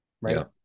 right